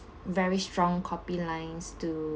very strong copy lines to